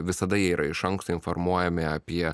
visada yra iš anksto informuojami apie